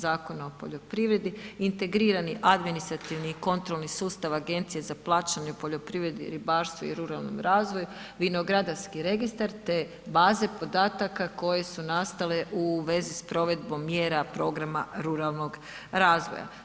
Zakona o poljoprivredi, integrirani administrativni i kontrolni sustav Agencije za plaćanje u poljoprivredi, ribarstvu i ruralnom razvoju, Vinogradarski registar te baze podataka koje su nastale u vezi s provedbom mjera ruralnog razvoja.